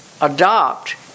adopt